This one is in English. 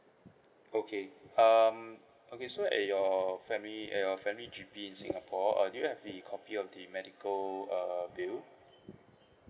okay um okay so at your family at your family G_P in singapore uh do you have a copy of the medical uh bill